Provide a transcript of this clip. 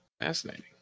Fascinating